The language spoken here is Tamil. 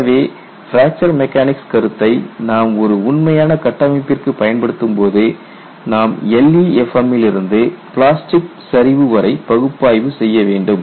எனவே பிராக்சர் மெக்கானிக்ஸ் கருத்தை நாம் ஒரு உண்மையான கட்டமைப்பிற்குப் பயன்படுத்தும்போது நாம் LEFM லிருந்து பிளாஸ்டிக் சரிவு வரை பகுப்பாய்வு செய்ய வேண்டும்